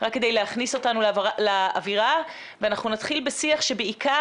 רק כדי להכניס אותנו לאווירה ונתחיל בשיח שבעיקר